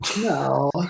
No